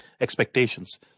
expectations